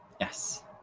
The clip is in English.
Yes